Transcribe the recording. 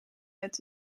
met